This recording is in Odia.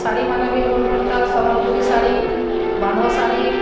ଶାଢ଼ିମାନେ ବି ବଡ଼୍ ବଡ଼୍ଟା ସମ୍ବଲପୁରୀ ଶାଢ଼ି ବାନ୍ଧ ଶାଢ଼ି